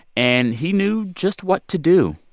and he knew just what to do.